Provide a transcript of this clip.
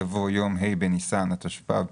יבוא "יום ה' בניסן התשפ"ב